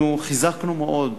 חיזקנו מאוד,